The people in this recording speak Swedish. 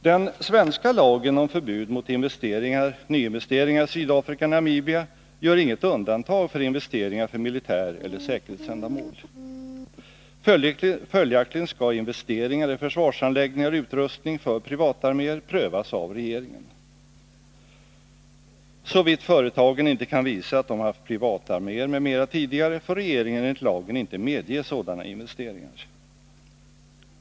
Den svenska lagen om förbud mot nyinvesteringar i Sydafrika och Namibia gör inget undantag för investeringar för militäreller säkerhetsändamål. Följaktligen skall investeringar i försvarsanläggningar och utrustning för privatarméer prövas av regeringen. Såvitt företagen inte kan visa att de har haft privatarméer m.m. tidigare, får regeringen enligt lagen inte medge sådana investeringar.